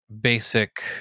basic